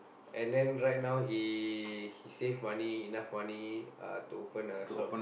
and then right now he he save money enough money uh to open another shop